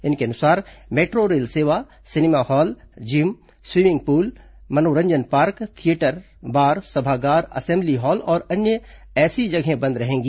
इनके अनुसार metro rail सेवा cinema hall gym swimming pool मनोरंजन पार्क थिएटर बार सभागार असेम्बली हॉल और ऐसी अन्य जगहें बंद रहेंगी